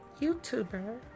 youtuber